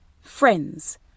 friends